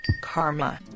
karma